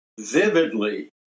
vividly